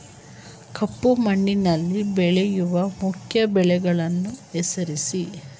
ಕಪ್ಪು ಮಣ್ಣಿನಲ್ಲಿ ಬೆಳೆಯುವ ಮುಖ್ಯ ಬೆಳೆಗಳನ್ನು ಹೆಸರಿಸಿ